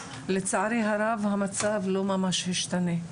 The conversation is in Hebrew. לצערי הרב המצב לא ממש השתנה.